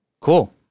Cool